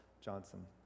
johnson